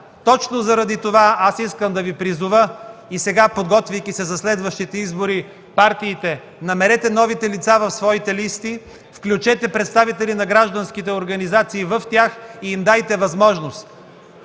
Точно заради това искам да Ви призова и сега, подготвяйки се за следващите избори – партиите, намерете новите лица в своите листи, включете представители на гражданските организации в тях и им дайте възможност.